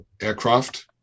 aircraft